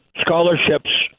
scholarships